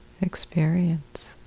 experience